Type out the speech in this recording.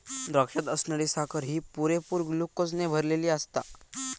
द्राक्षात असणारी साखर ही पुरेपूर ग्लुकोजने भरलली आसता